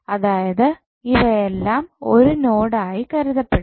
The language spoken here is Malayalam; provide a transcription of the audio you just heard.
അതായത് ഇവയെല്ലാം ഒരു നോഡ് ആയിട്ട് കരുതപ്പെടും